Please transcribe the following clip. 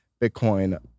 Bitcoin